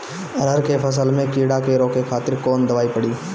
अरहर के फसल में कीड़ा के रोके खातिर कौन दवाई पड़ी?